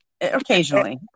occasionally